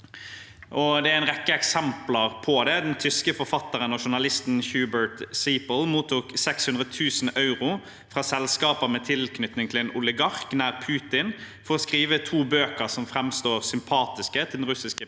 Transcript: det er en rekke eksempler på det. Den tyske forfatteren og journalisten Hubert Seipel mottok 600 000 euro fra selskaper med tilknytning til en oligark nær Putin for å skrive to bøker som framstår sympatiske til den russiske presidenten.